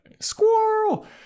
squirrel